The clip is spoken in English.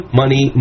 money